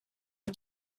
are